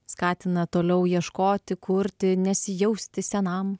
skatina toliau ieškoti kurti nesijausti senam